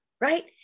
right